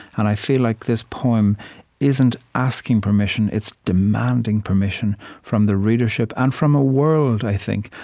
and i feel like this poem isn't asking permission, it's demanding permission from the readership and from a world, i think,